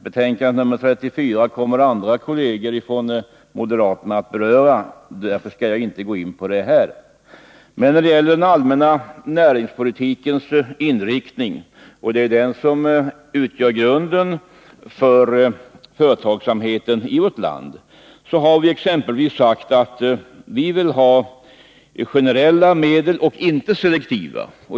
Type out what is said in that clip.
Betänkande nr 34 kommer andra kolleger från moderaterna att beröra. Därför skall jag inte gå in på det här. När det gäller inriktningen av den allmänna näringspolitiken — och det är den som utgör grunden för företagsamheten i vårt land — har vi exempelvis sagt att vi vill ha generella medel, inte selektiva.